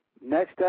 next